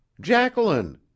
Jacqueline